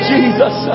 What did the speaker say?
Jesus